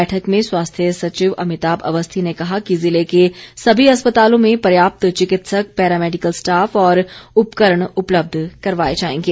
बैठक में स्वास्थ्य सचिव अमिताभ अवस्थी ने कहा कि जिले के सभी अस्पतालों में पर्याप्त चिकित्सक पैरा मैडिकल स्टाफ और उपकरण उपलब्ध करवाए जाएंगे